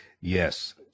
Yes